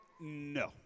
no